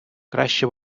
краще